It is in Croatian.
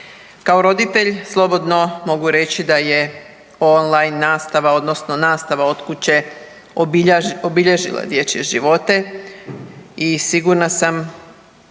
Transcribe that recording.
Kao roditelj slobodno mogu reći da je online nastava odnosno nastava od kuće obilježila dječje živote i sigurna sam